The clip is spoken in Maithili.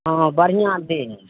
हँ हँ बढ़िआँ देब